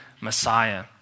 Messiah